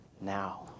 now